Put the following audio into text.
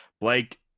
Blake